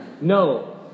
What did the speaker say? No